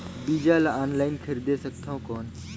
बीजा ला ऑनलाइन खरीदे सकथव कौन?